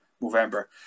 November